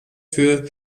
für